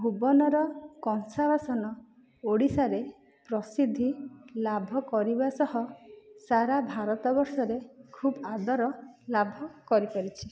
ଭୁବନର କଂସା ବାସନ ଓଡ଼ିଶାରେ ପ୍ରସିଦ୍ଧି ଲାଭ କରିବା ସହ ସାରା ଭାରତ ବର୍ଷରେ ଖୁବ୍ ଆଦର ଲାଭ କରିପାରିଛି